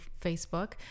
Facebook